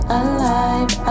alive